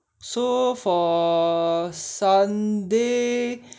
so for sunday